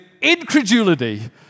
incredulity